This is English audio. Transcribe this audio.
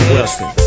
Wilson